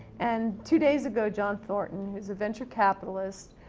and, two days ago john thornton, who's a venture capitalist,